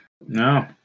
No